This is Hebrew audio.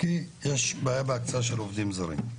כי יש בעיה בהקצאה של העובדים הזרים,